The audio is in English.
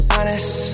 Honest